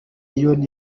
leone